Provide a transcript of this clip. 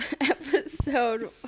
episode